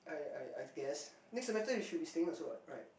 I I I guess next semester you should be staying also what right